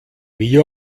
mir